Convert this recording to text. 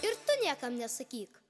ir tu niekam nesakyk